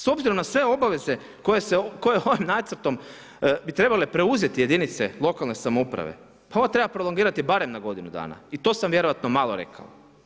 S obzirom na sve obaveze koje ovim nacrtom bi trebale preuzeti jedinice lokalne samouprave, pa ovo treba prolongirati barem na godinu dana i to sam vjerojatno malo rekao.